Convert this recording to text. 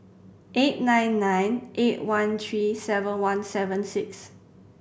eight nine nine eight one three seven one seven six